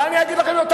ואני אגיד לכם יותר